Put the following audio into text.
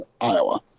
Iowa